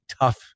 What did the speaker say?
tough